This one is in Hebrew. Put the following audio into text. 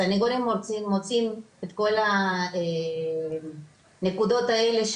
אבל הסניגורים מוצאים את כל נקודות האלה,